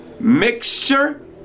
mixture